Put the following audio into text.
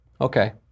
Okay